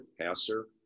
passer